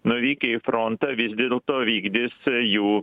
nuvykę į frontą vis dėlto vykdys jų